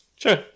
sure